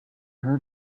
heard